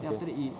!wah!